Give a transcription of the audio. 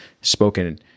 spoken